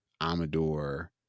Amador